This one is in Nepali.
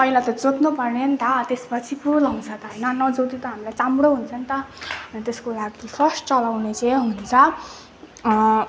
पहिला त जोत्नु पऱ्यो नि त त्यसपछि पो लाउँछ त होइन न जोती त हामीलाई चाम्रो हुन्छ नि त त्यसको लागि फर्स्ट चलाउने चाहिँ हुन्छ